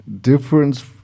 difference